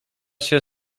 się